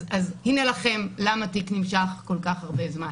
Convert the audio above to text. אז הנה לכם למה תיק נמשך כל-כך הרבה זמן.